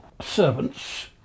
servants